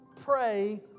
pray